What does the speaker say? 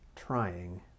trying